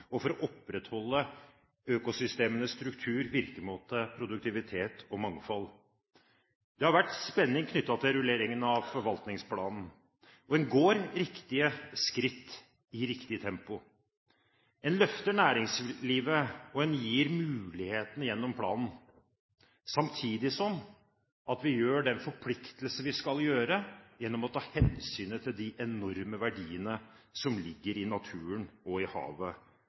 og for å opprettholde økosystemenes struktur, virkemåte, produktivitet og mangfold. Det har vært spenning knyttet til rulleringen av forvaltningsplanen, og en går riktige skritt i riktig tempo. En løfter næringslivet, og en gir mulighetene gjennom planen, samtidig som vi forplikter oss gjennom å ta hensyn til de enorme verdiene som ligger i naturen og i havet